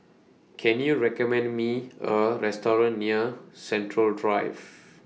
Can YOU recommend Me A Restaurant near Central Drive